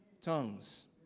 Tongues